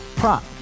prop